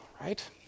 right